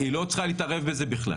היא לא צריכה להתערב בזה בכלל.